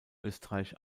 österreich